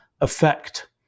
affect